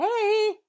Hey